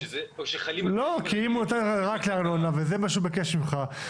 כי אם הוא נתן את המידע רק לצורך הארנונה וזה מה שהוא ביקש ממך,